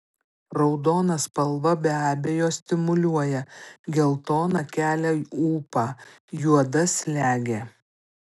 raudona spalva be abejo stimuliuoja geltona kelia ūpą juoda slegia